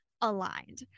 aligned